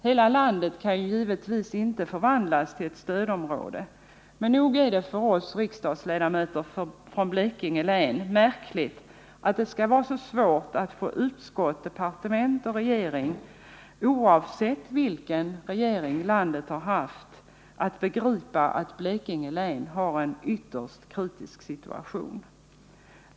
Hela landet kan givetvis inte förvandlas till ett stödområde, men nog är det för oss riksdagsledamöter från Blekinge län märkligt att det skall vara så svårt att få utskott, departementet och regering — oavsett vilken regering vi har — att begripa att Blekinge län har en ytterst kritisk situation.